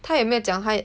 她也没有讲她